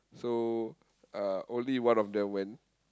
so uh only one of them went